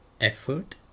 effort